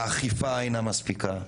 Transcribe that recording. האכיפה אינה מספיקה,